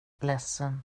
ledsen